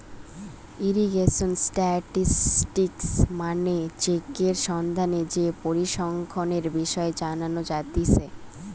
irrigation statistics মানে সেচের সম্বন্ধে যে পরিসংখ্যানের বিষয় জানা যাতিছে